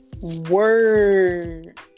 Word